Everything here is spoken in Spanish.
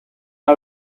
una